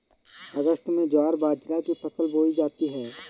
अगस्त में ज्वार बाजरा की फसल बोई जाती हैं